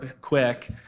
quick